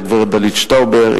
הגברת דלית שטאובר.